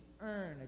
earn